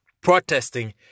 protesting